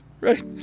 Right